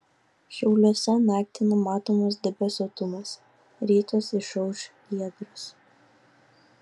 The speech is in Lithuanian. šiauliuose naktį numatomas debesuotumas rytas išauš giedras